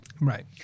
Right